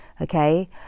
okay